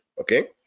okay